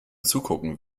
zugucken